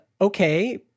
okay